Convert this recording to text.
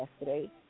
yesterday